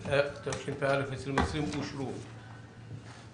(תיקון מס' ), התשפ"א-2020 בדבר גלים מילימטריים.